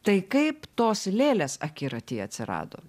tai kaip tos lėlės akiraty atsirado